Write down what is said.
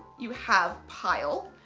you have pile,